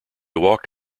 walked